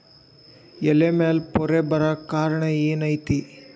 ಎಲೆ ಮ್ಯಾಲ್ ಪೊರೆ ಬರಾಕ್ ಕಾರಣ ಏನು ಐತಿ?